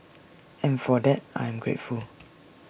and for that I am grateful